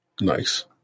Nice